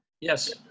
Yes